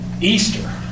Easter